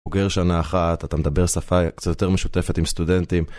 בוגר שנה אחת, אתה מדבר שפה קצת יותר משותפת עם סטודנטים.